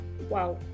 Wow